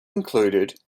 included